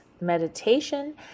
meditation